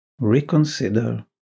reconsider